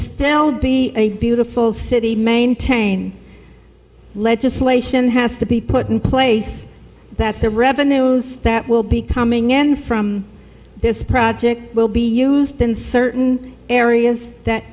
still be a beautiful city maintained legislation has to be put in place that the revenues that will be coming in from this project will be used in certain areas that